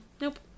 Nope